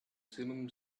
simum